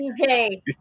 DJ